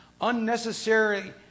unnecessary